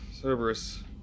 Cerberus